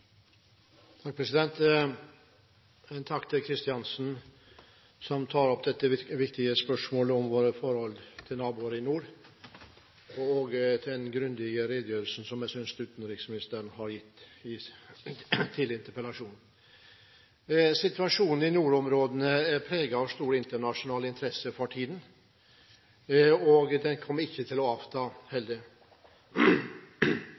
takk til Kristiansen, som tar opp det viktige spørsmålet om vårt forhold til naboen i nord, og også for den grundige – synes jeg – redegjørelsen som utenriksministeren ga som svar på interpellasjonen. Situasjonen i nordområdene er for tiden preget av stor internasjonal interesse, som ikke kommer til å avta.